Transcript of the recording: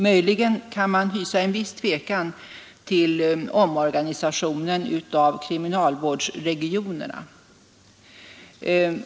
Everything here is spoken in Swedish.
Möjligen kan man hysa en viss tvekan när det gäller omorganisationen av kriminalvårdsregionerna.